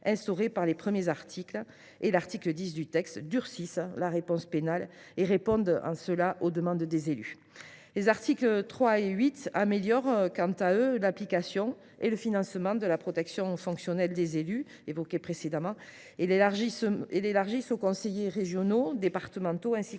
instaurés aux premiers articles et à l’article 10 du texte, durcissent la réponse pénale et répondent en cela aux demandes des élus. Les articles 3 à 8 améliorent l’application et le financement de la protection fonctionnelle des élus, qu’ils étendent aux conseillers régionaux et départementaux ainsi